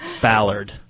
Ballard